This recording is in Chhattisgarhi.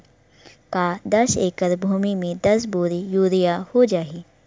का दस एकड़ भुमि में दस बोरी यूरिया हो जाही?